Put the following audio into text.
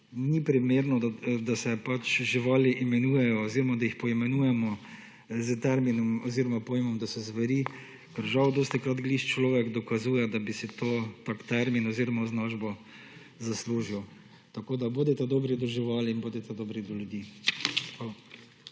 ni primerno, da se pač živali imenujejo oziroma da jih poimenujemo s terminom oziroma pojmom, da so zveri. Žal dostikrat ravno človek dokazuje, da bi se tak termin oziroma označba zaslužil. Tako da bodite dobri do živali in bodite dobri do ljudi.